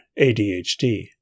ADHD